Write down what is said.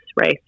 race